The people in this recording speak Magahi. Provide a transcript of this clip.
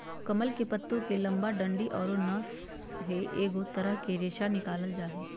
कमल के पत्तो के लंबा डंडि औरो नस से एगो तरह के रेशा निकालल जा हइ